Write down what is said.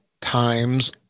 Times